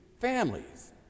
families